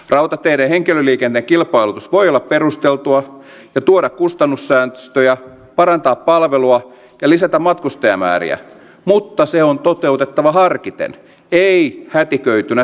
rautateiden henkilöliikenteen kilpailutus voi olla perusteltua ja tuoda kustannussäästöjä parantaa palvelua ja lisätä matkustajamääriä mutta se on toteutettava harkiten ei hätiköitynä säästötoimena